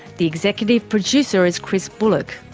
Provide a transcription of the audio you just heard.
the executive producer is chris bullock,